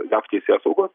jav teisėsaugos